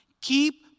Keep